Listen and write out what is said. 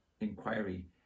inquiry